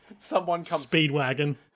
Speedwagon